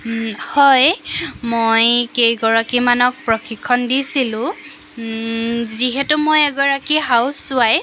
হয় মই কেইগৰাকীমানক প্ৰশিক্ষণ দিছিলোঁ যিহেতু মই এগৰাকী হাউচৱাইফ